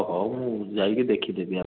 ହଉ ମୁଁ ଯାଇକି ଦେଖିଦେବି